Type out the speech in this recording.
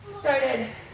started